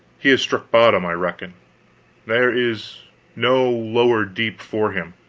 he has struck bottom, i reckon there is no lower deep for him.